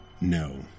No